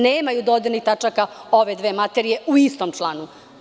Nemaju dodirnih tačaka ove dve materije u istom članu.